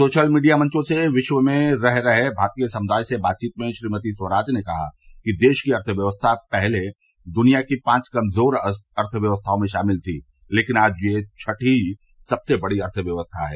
social media मंचों से विश्व में रह रहे भारतीय समुदाय से बातचीत में श्रीमती स्वराज ने कहा कि देश की अर्थव्यवस्था पहले दुनिया की पांच कमजोर अर्थव्यस्थाओं में शामिल थी लेकिन आज यह छठी सबसे बड़ी अर्थव्यवस्था है